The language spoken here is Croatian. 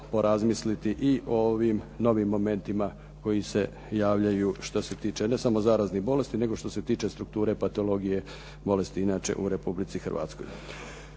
i o ovim novim momentima koji se javljaju što se tiče ne samo zaraznih bolesti, nego što se tiče strukture patologije bolesti inače u Republici Hrvatskoj.